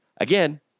Again